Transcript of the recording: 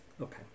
okay